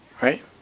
Right